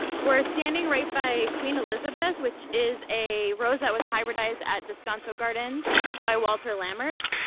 we're standing right by queen elizabeth, which is a rosette that was hybridized at descanso gardens by walter lammerts.